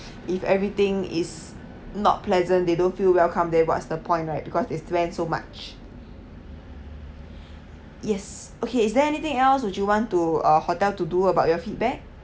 if everything is not pleasant they don't feel welcome then what's the point right because they spend so much yes okay is there anything else would you want to uh hotel to do about your feedback